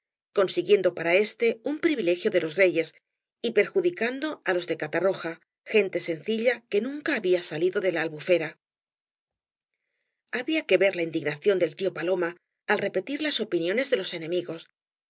consiguiendo para éste un privilegio de los reyes y perjudicando á loa de catarroja gente sencilla que nunca había salido de la albufera había que ver la indignación del tío paloma al repetir las opiniones de loa enemigos